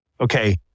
Okay